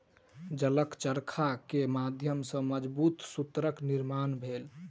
जलक चरखा के माध्यम सॅ मजबूत सूतक निर्माण भेल